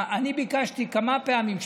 אני ביקשתי כמה פעמים,